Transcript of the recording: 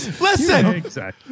Listen